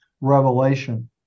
Revelation